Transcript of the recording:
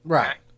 Right